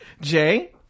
jay